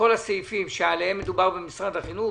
כל הסעיפים שעליהם דובר במשרד החינוך,